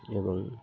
ଏବଂ